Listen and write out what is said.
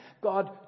God